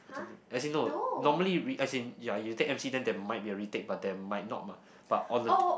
i don't know~ as in no normally re~ as in ya you take M_C then there might be a retake but there might not mah but on the